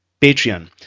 Patreon